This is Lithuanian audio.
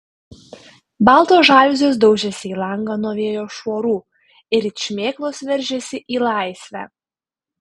baltos žaliuzės daužėsi į langą nuo vėjo šuorų ir it šmėklos veržėsi į laisvę